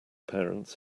parents